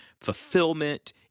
fulfillment